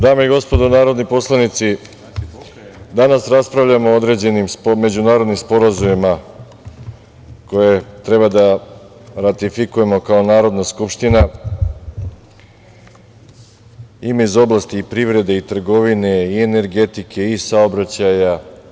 Dame i gospodo narodni poslanici, danas raspravljamo o određenim međunarodnim sporazumima koje treba da ratifikujemo kao Narodna skupština, ima i iz oblasti privrede, i trgovine, i energetike i saobraćaja.